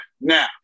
Now